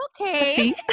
okay